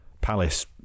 Palace